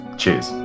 Cheers